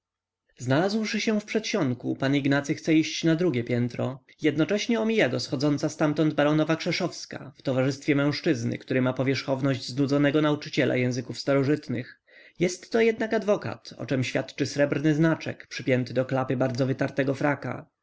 znalazłszy się w przedsionku pan ignacy chce iść na drugie piętro jednocześnie omija go schodząca ztamtąd baronowa krzeszowska w towarzystwie mężczyzny który ma powierzchowność znudzonego nauczyciela języków starożytnych jestto jednak adwokat o czem świadczy srebrny znaczek przypięty do klapy bardzo wytartego fraka